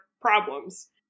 problems